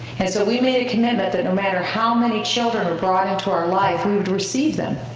and so we made a commitment that no matter how many children are brought into our life, we would receive them,